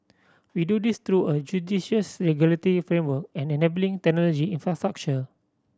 we do this through a judicious regulatory framework and enabling technology infrastructure